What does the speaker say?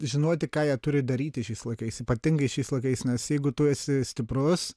žinoti ką jie turi daryti šiais laikais ypatingai šiais laikais nes jeigu tu esi stiprus